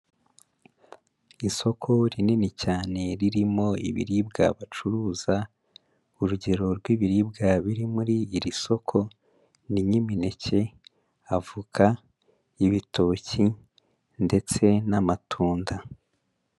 Isoko rinini cyane, ririmo ibiribwa bacuruza, urugero rw'ibiribwa biri muri iri soko, ni nk'imineke, avoka, ibitoki ndetse n'amatunda.